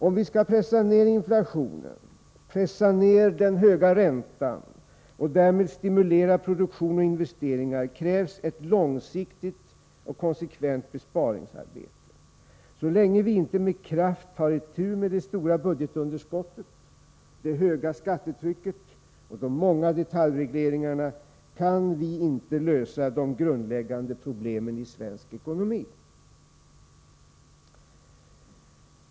Om vi skall pressa ner inflationen, pressa ner den höga räntan och därmed stimulera produktion och investeringar, krävs det ett långsiktigt och konsekvent besparingsarbete. Så länge vi inte med kraft tar itu med det stora budgetunderskottet, det höga skattetrycket och de många detaljregleringarna, kan vi inte lösa de grundläggande problemen i svensk ekonomi.